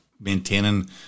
maintaining